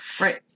Right